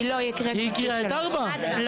היא לא, היא הקריאה את --- היא